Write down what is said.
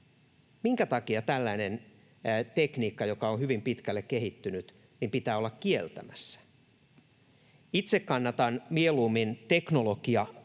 Minkä takia tällainen tekniikka, joka on hyvin pitkälle kehittynyt, pitää olla kieltämässä? Itse kannatan mieluummin teknologiariippumatonta